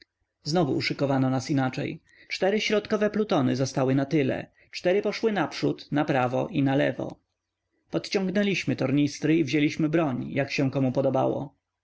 znowu uszykowano nas inaczej cztery środkowe plutony zostały na tyle cztery poszły naprzód naprawo i nalewo podciągnęliśmy tornistry i wzięliśmy broń jak się komu podobało